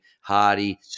Hardy